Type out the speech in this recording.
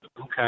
Okay